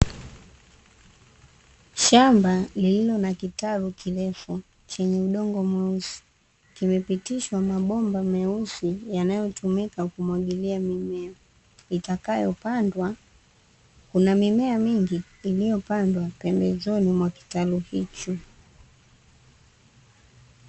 Shamba lililo na kitalu kirefu chenye udongo mweusi, kimepitishwa mabomba meusi yanayotumika kumwagilia mimea itakayopandwa. Kuna mimea mingi iliyopandwa pembezoni mwa kitalu hicho.